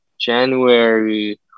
January